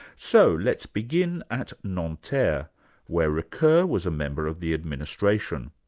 so let's begin at nanterre, where ricoeur was a member of the administration.